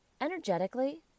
Energetically